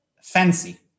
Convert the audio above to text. fancy